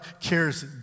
cares